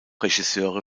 regisseure